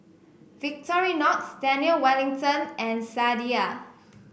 Victorinox Daniel Wellington and Sadia